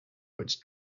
which